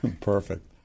Perfect